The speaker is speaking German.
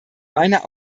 meiner